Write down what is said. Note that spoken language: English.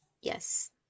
Yes